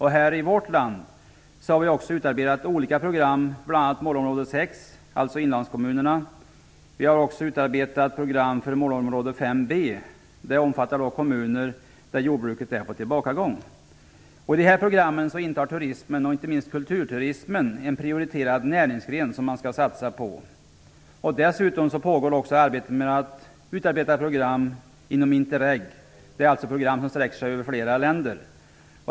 Här i vårt land har vi också utarbetat olika program, bl.a. för målområde 6, alltså inlandskommunerna. Vi har också utarbetat program för målområde 5 B. Det omfattar kommuner där jordbruket är på tillbakagång. I dessa program är turismen och inte minst kulturturismen en prioriterad näringsgren som man skall satsa på. Dessutom pågår arbete med att utarbeta program inom Interreg. Det är alltså program som sträcker sig över flera länder.